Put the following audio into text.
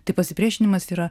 tai pasipriešinimas yra